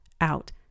out